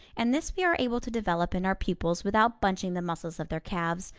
and this we are able to develop in our pupils without bunching the muscles of their calves,